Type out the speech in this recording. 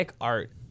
art